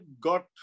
got